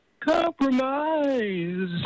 compromise